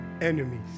enemies